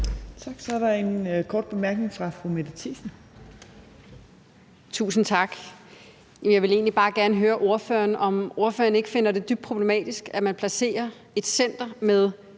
Tak. Så er der en kort bemærkning fra fru Mette Thiesen. Kl. 15:26 Mette Thiesen (NB): Tusind tak. Jeg vil egentlig bare gerne høre ordføreren, om ordføreren ikke finder det dybt problematisk, at man placerer et center med